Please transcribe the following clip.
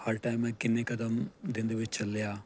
ਹਰ time ਮੈਂ ਕਿੰਨੇ ਕਦਮ ਦਿਨ ਦੇ ਵਿੱਚ ਚੱਲਿਆ